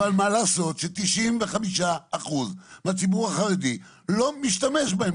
אבל מה לעשות ש-95% מהציבור החרדי לא משתמש בהם,